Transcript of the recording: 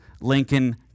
Lincoln